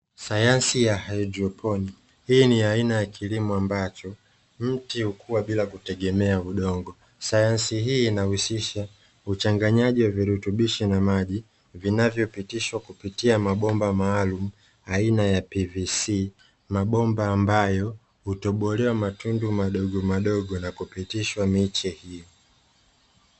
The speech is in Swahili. Sayansi ya haidroponi hii ni aina ya kilimo ambacho mti hukua bila kutegemea udongo, sayansi hii inahusisha uchanganyaji wa virutubisho na maji vinavyopitishwa kupitia mabomba maalumu aina ya "PVC" mabomba ambayo hutobolewa matundu madogo madogo na kupitishwa miche hiyo.